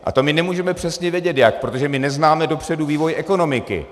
A to my nemůžeme přesně vědět jak, protože neznáme dopředu vývoj ekonomiky.